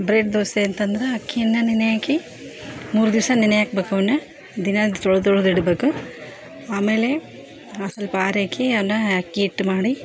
bread dosa ಅಂತ ಅಂದ್ರೆ ಅಕ್ಕಿನ ನೆನೆ ಹಾಕಿ ಮೂರು ದಿವಸ ನೆನೆ ಹಾಕ್ಬೇಕು ಅವನ್ನ ದಿನಾ ತೊಳ್ದು ತೊಳ್ದು ಇಡಬೇಕ ಆಮೇಲೆ ಹಾಂ ಸ್ವಲ್ಪ ಆರೆಕಿ ಅವನ್ನ ಅಕ್ಕಿ ಹಿಟ್ಟು ಮಾಡಿ